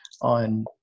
on